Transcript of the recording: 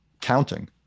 counting